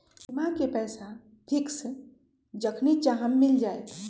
बीमा के पैसा फिक्स जखनि चाहम मिल जाएत?